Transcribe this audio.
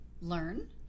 learn